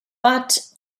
but